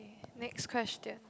next question